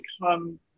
become